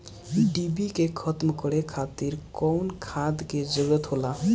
डिभी के खत्म करे खातीर कउन खाद के जरूरत होला?